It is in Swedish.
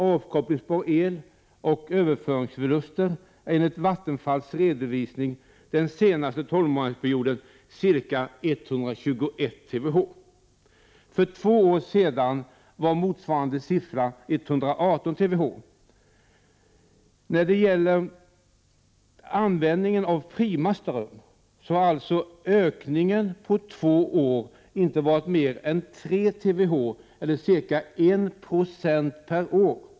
avkopplingsbar el och överföringsförluster är enligt Vattenfalls redovisning den senaste tolvmånadersperioden ca 121 TWh. För två år sedan var motsvarande siffra 118 TWh. När det gäller användningen av ”prima” ström har alltså ökningen på två år inte varit mer än ca 3 TWh eller ca 1 90 per år.